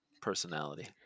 personality